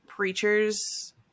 preachers